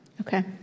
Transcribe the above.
Okay